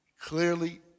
Clearly